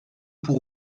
pour